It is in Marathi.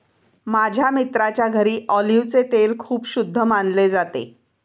माझ्या मित्राच्या घरी ऑलिव्हचे तेल खूप शुद्ध मानले जाते